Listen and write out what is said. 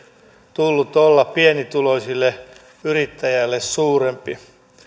tullut olla pienituloiselle yrittäjälle suurempi